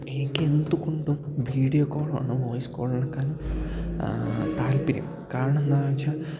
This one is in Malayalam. എനിക്കെന്തുകൊണ്ടും വീഡിയോ കോളാണ് വോയിസ് കോളിനെക്കാള് താൽപര്യം കാരണം എന്താണെന്നുവെച്ചാല്